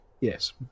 Yes